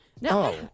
No